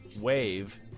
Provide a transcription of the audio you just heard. WAVE